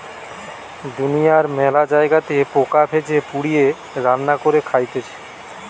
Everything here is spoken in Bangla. দুনিয়ার মেলা জায়গাতে পোকা ভেজে, পুড়িয়ে, রান্না করে খাইতেছে